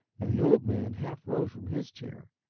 and the old man half rose from his chair.